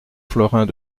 florins